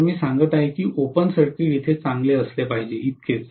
तर मी सांगत आहे की हे ओपन सर्किट इतके चांगले असले पाहिजे इतकेच